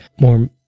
more